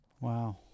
Wow